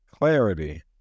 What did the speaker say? clarity